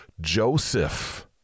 Joseph